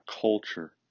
culture